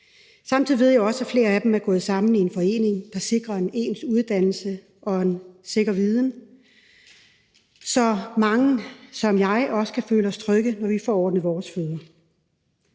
Samtidig ved jeg også, at flere af dem er gået sammen i en forening, der sikrer en ens uddannelse og en sikker viden, så mange ligesom jeg kan føle sig trygge, når de får ordnet deres fødder.